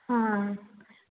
ஆ